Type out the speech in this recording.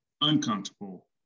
uncomfortable